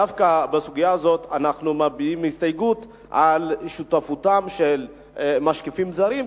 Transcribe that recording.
דווקא בסוגיה הזאת אנחנו מביעים הסתייגות על שותפותם של משקיפים זרים,